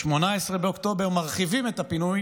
ב-18 באוקטובר מרחיבים את הפינוי